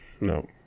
No